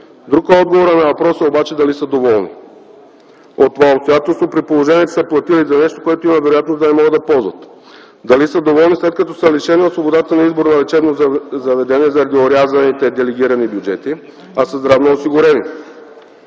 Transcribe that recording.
Друг е отговорът на въпроса обаче дали са доволни от това обстоятелство при положение, че са платили за нещо, което има вероятност да не могат да ползват? Дали са доволни, след като са лишени от свободата на избор на лечебно заведение заради орязаните делегирани бюджети, а са здравноосигурени?